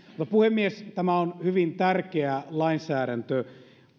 puhemies tämä on hyvin tärkeä lainsäädäntö